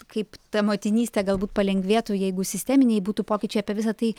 kaip ta motinystė galbūt palengvėtų jeigu sisteminiai būtų pokyčiai apie visa tai